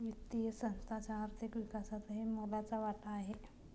वित्तीय संस्थांचा आर्थिक विकासातही मोलाचा वाटा आहे